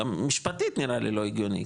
גם משפטית נראה לי לא הגיוני,